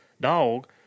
dog